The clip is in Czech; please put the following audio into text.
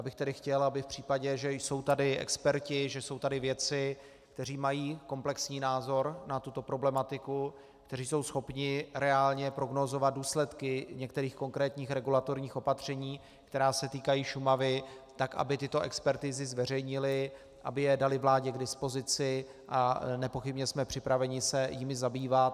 Já bych tedy chtěl, aby v případě, že jsou tady experti, že jsou tady věci, experti mají komplexní názor na tuto problematiku, kteří jsou schopni reálně prognózovat důsledky některých konkrétních regulatorních opatření, která se týkají Šumavy, tak aby tyto expertizy zveřejnili, aby je dali vládě k dispozici, a nepochybně jsme připraveni se jimi zabývat.